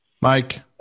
Mike